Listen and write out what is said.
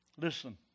Listen